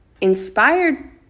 inspired